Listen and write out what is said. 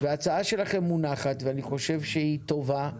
וההצעה שלכם מונחת, ואני חושב שהיא טובה.